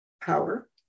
power